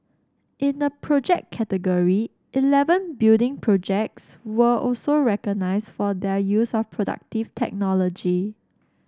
in the Project category eleven building projects were also recognised for their use of productive technology